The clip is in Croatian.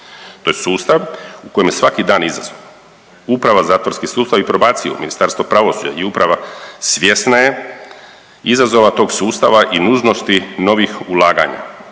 To je sustav u kojemu je svaki dan izazov, uprava za zatvorski sustav i probaciju, Ministarstvo pravosuđa i uprava svjesna je izazova tog sustava i nužnosti novih ulaganja.